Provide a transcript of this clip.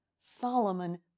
Solomon